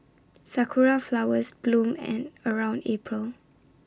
Sakura Flowers bloom and around April